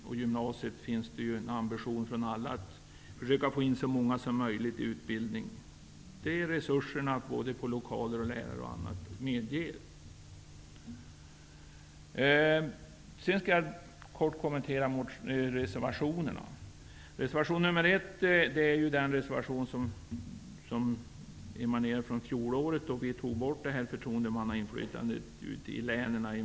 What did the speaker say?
På gymnasiet finns ju ambitionen att försöka få in så många människor i utbildning som resurserna av lokaler och annat medger. Jag tänker kort kommentera reservationerna. Förtroendemannainflytandet togs i viss omfattning bort ute i länen.